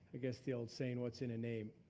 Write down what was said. i guess the old saying, what's in a name.